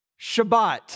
Shabbat